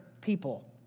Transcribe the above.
people